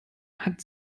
hat